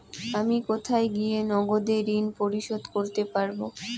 আমি কোথায় গিয়ে নগদে ঋন পরিশোধ করতে পারবো?